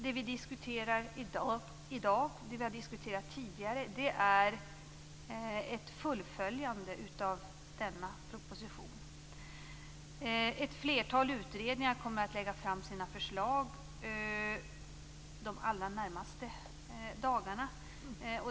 Det vi diskuterar i dag, och det vi har diskuterat tidigare, är ett fullföljande av denna proposition. Ett flertal utredningar kommer att lägga fram sina förslag de allra närmaste dagarna.